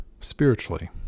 spiritually